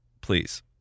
Please